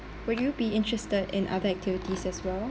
will you be interested in other activities as well